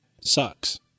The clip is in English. sucks